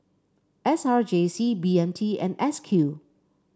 S R J C B M T and S Q